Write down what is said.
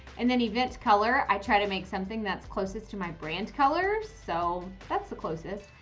and then events color, i try to make something that's closest to my brand colors. so that's the closest,